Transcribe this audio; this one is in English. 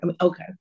Okay